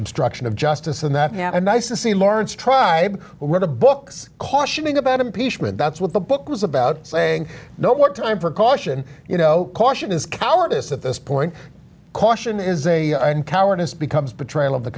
obstruction of justice and that you have a nice to see laurence tribe where the books cautioning about impeachment that's what the book was about saying no more time for caution you know caution is cowardice at this point caution is a cowardice becomes betrayal of the